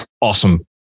awesome